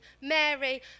Mary